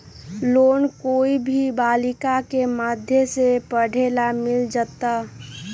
Loan कोई भी बालिका के माध्यम से पढे ला मिल जायत?